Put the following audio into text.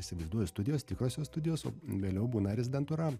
įsivaizduoju studijos tikrosios studijos o vėliau būna rezidentūra